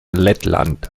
lettland